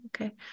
okay